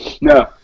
No